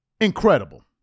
incredible